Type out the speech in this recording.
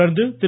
தொடர்ந்து திரு